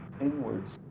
inwards